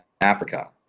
Africa